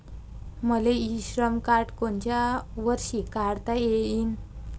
मले इ श्रम कार्ड कोनच्या वर्षी काढता येईन?